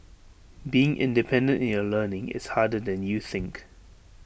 being independent in your learning is harder than you think